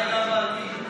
אני לא מבינה ערבית.